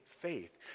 Faith